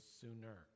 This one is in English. sooner